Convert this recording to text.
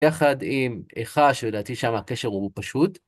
יחד עם איכה, שלדעתי שם הקשר הוא פשוט.